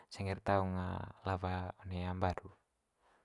Sangge'r taung lawa one mbaru.